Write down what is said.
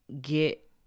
get